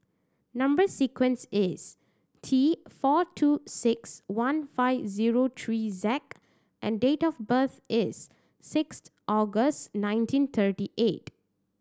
number sequence is T four two six one five zero three Z and date of birth is six August nineteen thirty eight